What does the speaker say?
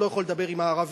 לא יכול לדבר עם הערבים.